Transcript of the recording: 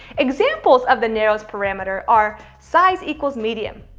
examples of the narrows parameter are size equals medium.